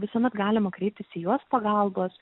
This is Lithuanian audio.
visuomet galima kreiptis į juos pagalbos